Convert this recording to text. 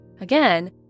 Again